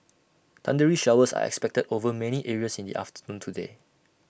thundery showers are expected over many areas in the afternoon today